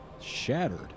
shattered